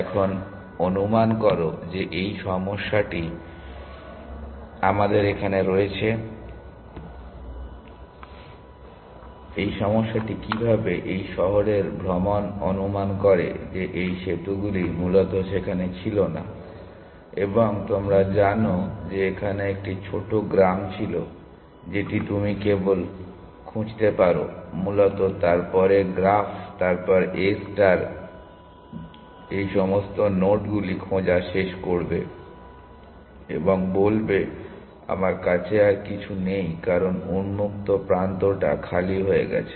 এখন অনুমান করো যে এই সমস্যাটি আমাদের এখানে রয়েছে এই সমস্যাটি কীভাবে এই শহরের ভ্রমণ অনুমান করে যে এই সেতুগুলি মূলত সেখানে ছিল না এবং তোমরা জানো যে এখানে একটি ছোট গ্রাম ছিল যেটি তুমি কেবল খুঁজতে পারো মূলত তারপরে গ্রাফ তারপর A স্টার এই সমস্ত নোডগুলি খোঁজা শেষ করবে এবং বলবে আমার কাছে আর কিছু নেই কারণ উন্মুক্ত প্রান্তটা খালি হয়ে গেছে